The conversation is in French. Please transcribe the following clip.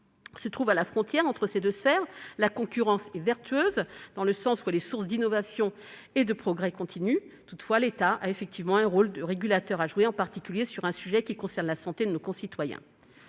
se situe à la frontière entre ces deux sphères. La concurrence est vertueuse dans le sens où elle est source d'innovation et de progrès continu. Toutefois, l'État a effectivement un rôle de régulateur à jouer, en particulier sur un sujet qui concerne la santé de nos concitoyens.